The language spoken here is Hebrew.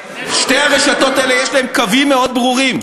ושתי הרשתות האלה, יש להן קווים מאוד ברורים.